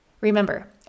Remember